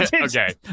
Okay